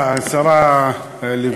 כן, השרה לבני.